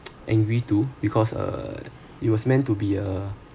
angry too because uh it was meant to be a